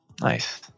nice